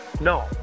no